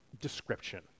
description